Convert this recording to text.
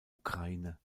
ukraine